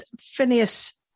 Phineas